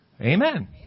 Amen